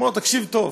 אומר לו: תקשיב טוב.